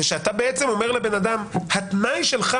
זה שאתה בעצם אומר לבן אדם: התנאי שלך